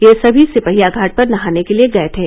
ये सभी सिपहिया घाट पर नहाने के लिए गये थे